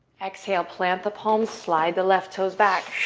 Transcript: exhale, plant the palms, slide the left toes back,